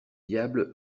diable